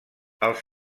els